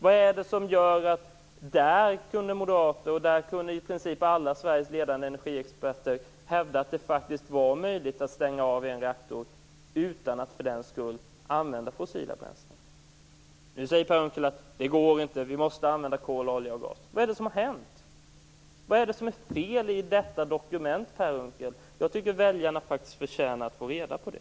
Vad är det som gör att moderater där, tillsammans med i princip alla Sveriges ledande energiexperter, kunde hävda att det faktiskt var möjligt att stänga av en reaktor utan att för den skull använda fossila bränslen? Nu säger Per Unckel: Det går inte. Vi måste använda kol, olja och gas. Vad är det som har hänt? Vad är det som är fel i detta dokument, Per Unckel? Jag tycker att väljarna faktiskt förtjänar att få reda på det.